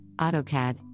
AutoCAD